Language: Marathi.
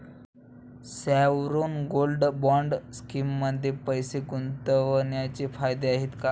सॉवरेन गोल्ड बॉण्ड स्कीममध्ये पैसे गुंतवण्याचे फायदे काय आहेत?